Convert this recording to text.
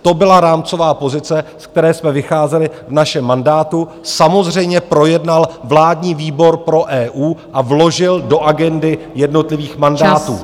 To byla rámcová pozice, z které jsme vycházeli v našem mandátu, samozřejmě projednal vládní výbor pro EU a vložil do agendy jednotlivých mandátů.